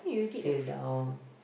feel down